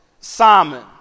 Simon